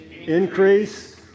Increase